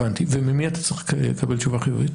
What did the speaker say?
וממי אתה צריך לקבל תשובה חיובית?